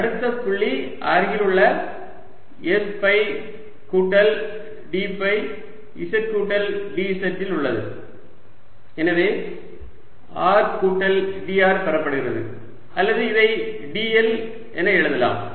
அடுத்த புள்ளி அருகிலுள்ள s ஃபை கூட்டல் d ஃபை z கூட்டல் dz ல் உள்ளது எனவே r கூட்டல் dr பெறப்படுகிறது அல்லது இதை dl எழுதலாம்